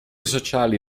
sociali